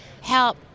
help